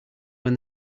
when